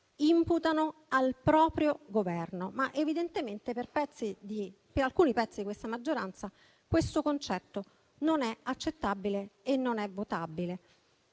imputano al proprio Governo, ma evidentemente per alcuni pezzi di questa maggioranza questo concetto non è accettabile e non è votabile.